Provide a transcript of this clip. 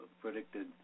predicted